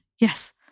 Yes